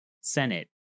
Senate